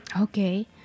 okay